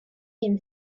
can